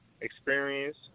experience